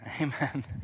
Amen